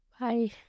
bye